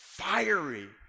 fiery